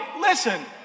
listen